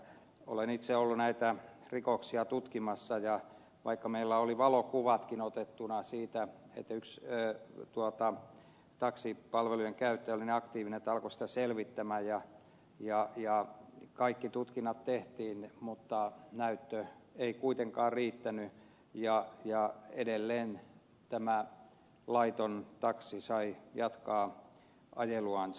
olen itse ollut näitä rikoksia tutkimassa ja vaikka meillä oli valokuvatkin otettuna siitä yksi taksipalvelujen käyttäjä oli niin aktiivinen että alkoi sitä selvittää ja kaikki tutkinnat tehtiin niin näyttö ei kuitenkaan riittänyt ja edelleen tämä laiton taksi sai jatkaa ajeluansa